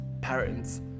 parents